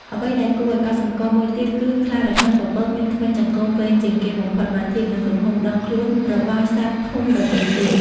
អ្វីដែលគួរឲ្យកត់សម្គាល់មួយទៀតគឺ ខ្លារខិនពពកមាន ធ្មេញចង្កូមវែងជាងគេបំផុត បើធៀបនឹងទំហំដងខ្លួនរបស់សត្វធំដទៃទៀត។